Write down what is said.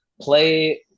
play